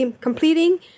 completing